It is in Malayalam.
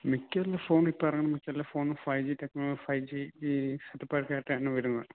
മിക്കവരുടെയും ഫോണും ഇപ്പം ഇറങ്ങുന്ന മിക്ക എല്ലാ ഫോണും five G Tecno five G setup ഒക്കെ ആയിട്ടാണ് വരുന്നത്